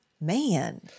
man